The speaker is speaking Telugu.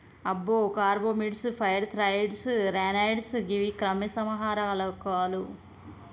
అబ్బో కార్బమీట్స్, ఫైర్ థ్రాయిడ్స్, ర్యానాయిడ్స్ గీవి క్రిమి సంహారకాలు